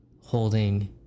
holding